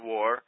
War